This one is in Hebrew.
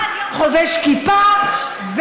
חובש כיפה,